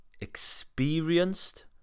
experienced